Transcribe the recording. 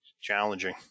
Challenging